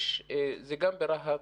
זה גם ברהט,